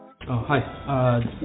Hi